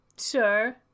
Sure